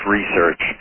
Research